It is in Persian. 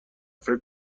فکر